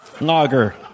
Lager